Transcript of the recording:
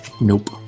Nope